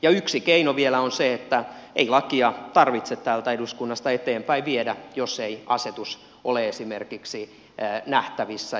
yksi keino vielä on se että ei lakia tarvitse täältä eduskunnasta eteenpäin viedä jos esimerkiksi asetus ei ole nähtävissä